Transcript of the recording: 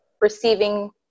receiving